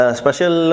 special